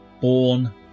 born